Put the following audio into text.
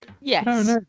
Yes